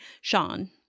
Sean